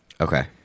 Okay